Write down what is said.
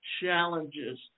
challenges